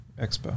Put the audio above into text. expo